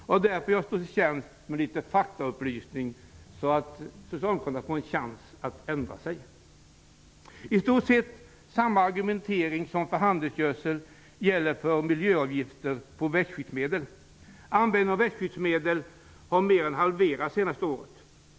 Jag står därför till tjänst med litet faktaupplysning så att Socialdemokraterna får en chans att ändra sig. I stort sett samma argumentering som för handelsgödsel gäller för miljöavgifter på växtskyddsmedel. Användningen av växtskyddsmedel har mer än halverats det senaste året.